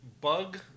bug